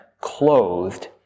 clothed